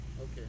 Okay